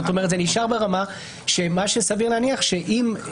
זאת אומרת, זה נשאר ברמה של מה שסביר להניח, שאם